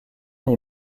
les